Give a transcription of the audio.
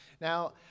now